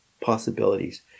possibilities